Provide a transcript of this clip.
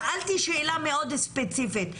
שאלתי שאלה מאוד ספציפית.